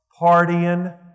partying